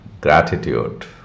gratitude